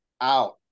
Out